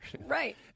Right